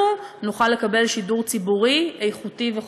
נוכל לקבל שידור ציבורי איכותי וחופשי.